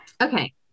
Okay